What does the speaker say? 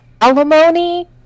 alimony